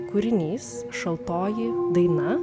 kūrinys šaltoji daina